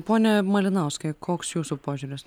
pone malinauskai koks jūsų požiūris